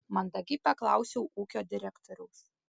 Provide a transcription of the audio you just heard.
mandagiai paklausiau ūkio direktoriaus